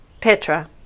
Petra